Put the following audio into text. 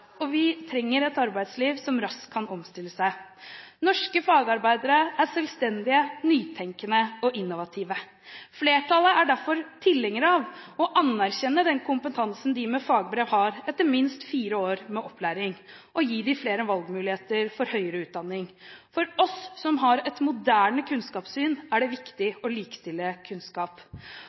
og vi trenger et arbeidsliv som raskt kan omstille seg. Norske fagarbeidere er selvstendige, nytenkende og innovative. Flertallet vil derfor anerkjenne den kompetansen de med fagbrev har etter minst fire år med opplæring, og gi dem flere valgmuligheter for høyere utdanning. For oss som har et moderne kunnskapssyn, er det viktig å likestille kunnskap.